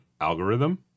algorithm